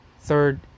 third